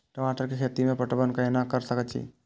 टमाटर कै खैती में पटवन कैना क सके छी?